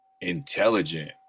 intelligent